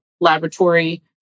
laboratory